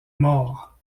morts